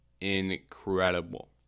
incredible